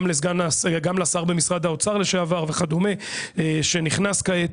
גם לשר במשרד האוצר לשעבר וכדומה שנכנס כעת,